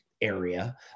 area